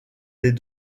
les